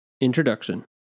Introduction